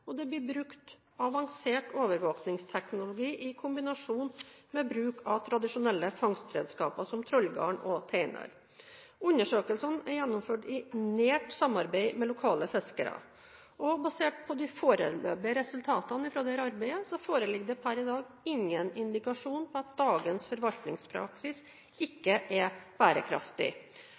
og det blir brukt avansert overvåkingsteknologi i kombinasjon med bruk av tradisjonelle fangstredskaper som trollgarn og teiner. Undersøkelsene er gjennomført i nært samarbeid med lokale fiskere. Basert på de foreløpige resultatene fra dette arbeidet foreligger det per i dag ingen indikasjoner på at dagens forvaltningspraksis ikke er bærekraftig.